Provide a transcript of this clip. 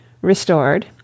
restored